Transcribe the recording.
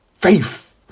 faith